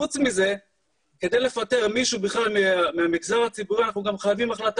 חוץ מזה כדי לפטר מישהו בכלל מהמגזר הציבורי אנחנו חייבים החלטת